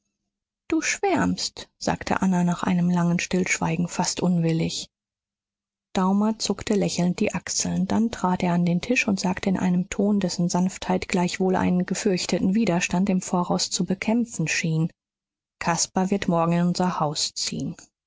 du schwärmst sagte anna nach einem langen stillschweigen fast unwillig daumer zuckte lächelnd die achseln dann trat er an den tisch und sagte in einem ton dessen sanftheit gleichwohl einen gefürchteten widerstand im voraus zu bekämpfen schien caspar wird morgen in unser haus ziehen